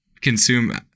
consume